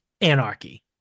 anarchy